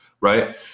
Right